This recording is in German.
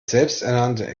selbsternannte